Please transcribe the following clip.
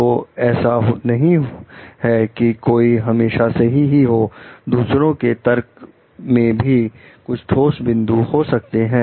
तो ऐसा नहीं है कि कोई हमेशा सही ही हो दूसरों के तर्क में भी कुछ ठोस बिंदु हो सकते हैं